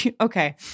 Okay